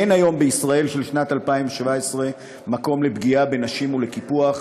אין היום בישראל של שנת 2017 מקום לפגיעה בנשים ולקיפוח.